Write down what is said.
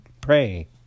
Pray